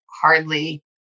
hardly